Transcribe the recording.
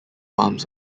arms